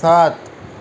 सात